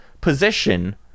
position